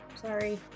Sorry